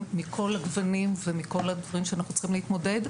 מכל הגוונים ומכל הדברים שאנחנו צריכים להתמודד,